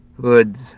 hoods